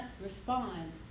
respond